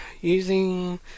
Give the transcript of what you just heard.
using